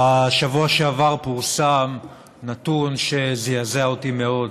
בשבוע שעבר פורסם נתון שזעזע אותי מאוד.